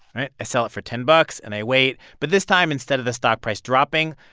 i sell it for ten bucks, and i wait. but this time, instead of the stock price dropping,